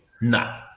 No